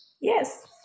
Yes